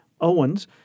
Owens